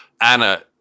anna